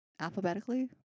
alphabetically